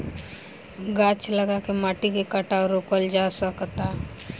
गाछ लगा के माटी के कटाव रोकल जा सकता